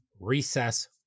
recess